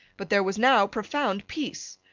but there was now profound peace.